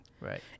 Right